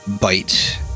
bite